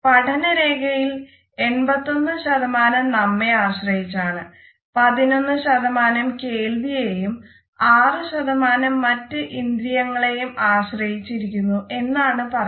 പഠന രേഖയിൽ 81 നമ്മെ ആശ്രയിച്ചാണ് 11 കേൾവിയെയും 6 മറ്റ് ഇന്ദ്രിയങ്ങളെയും ആശ്രയിച്ചിരിക്കുന്നു എന്നാണ് പറയുന്നത്